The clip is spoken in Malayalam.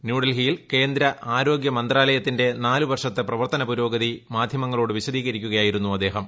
ന്യൂഡൽഹിയിൽ കേന്ദ്ര ആരോഗ്യമന്ത്രാലയത്തിന്റ നാല് വർഷത്തെ പ്രവർത്തന പുരോഗതി മാധ്യമങ്ങളോട് വിശദീകരിക്കുകയായിരുന്നു അദ്ദേഹം